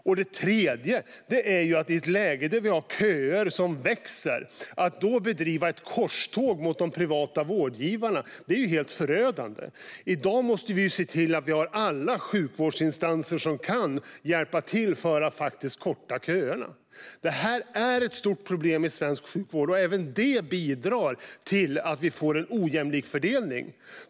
För det tredje har vi detta att man i ett läge där vi har köer som växer bedriver ett korståg mot de privata vårdgivarna. Det är helt förödande. I dag måste vi se till att vi har alla sjukvårdsinstanser som kan hjälpa till med att korta köerna. Detta är ett stort problem i svensk sjukvård, och även det bidrar till att vi får en ojämlik fördelning.